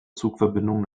zugverbindungen